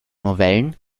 novellen